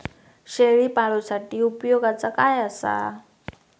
शेळीपाळूसाठी उपयोगाचा काय असा?